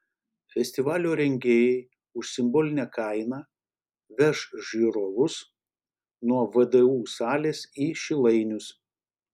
festivalio rengėjai už simbolinę kainą veš žiūrovus nuo vdu salės į šilainius